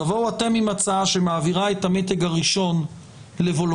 תבואו אתם עם הצעה שמעבירה את המתג הראשון לוולונטרי,